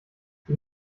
die